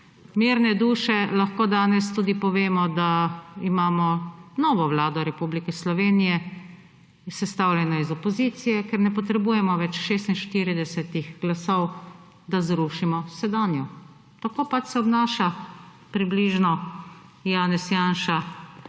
Mirne duše lahko danes tudi povemo, da imamo novo Vlado Republike Slovenije, sestavljeno iz opozicije, ker ne potrebujemo več 46 glasov, da zrušimo sedanjo. Tako pač se odnaša približno Janez Janša